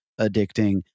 addicting